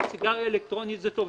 שסיגריה אלקטרונית זה טוב.